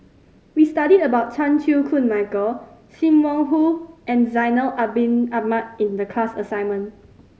we studied about Chan Chew Koon Michael Sim Wong Hoo and Zainal Abidin Ahmad in the class assignment